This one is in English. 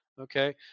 okay